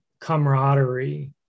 camaraderie